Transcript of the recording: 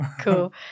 Cool